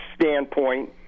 standpoint